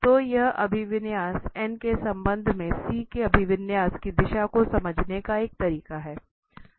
तो यह अभिविन्यास के संबंध में C के अभिविन्यास की दिशा को समझने का एक तरीका है